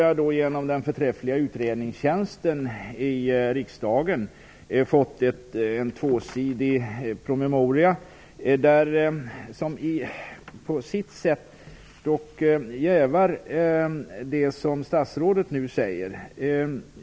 Jag har vidare från den förträffliga utredningstjänsten i riksdagen fått en tvåsidig promemoria, som dock på sitt sätt jävar det som statsrådet nu säger.